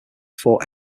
four